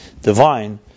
divine